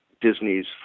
Disney's